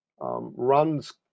runs